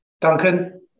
Duncan